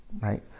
right